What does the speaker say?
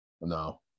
No